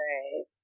Right